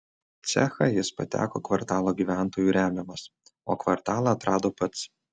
cechą jis pateko kvartalo gyventojų remiamas o kvartalą atrado pats